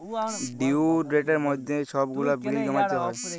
due ডেটের মইধ্যে ছব গুলা বিল জমা দিতে হ্যয়